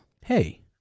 Hey